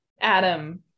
Adam